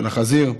של החזיר,